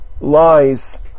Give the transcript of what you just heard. lies